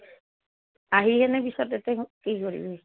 আহি কেনে পিছত এতে কি কৰিবি